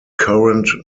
current